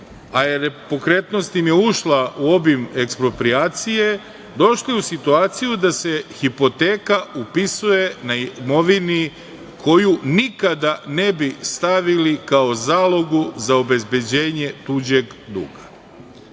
a pokretnost im je ušla u obim eksproprijacije, došli u situaciju da se hipoteka upisuje na imovini koju nikada ne bi stavili kao zalog za obezbeđenje tuđeg